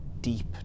deep